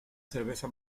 cerveza